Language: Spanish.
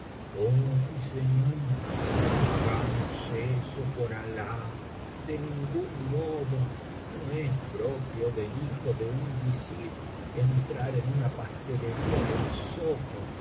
oh mi señor no llagamos eso por alah de ningún modo no es propio del hijo de un visir entrar en una pastelería del zoco y